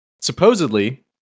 supposedly